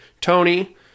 tony